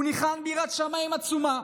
הוא ניחן ביראת שמיים עצומה,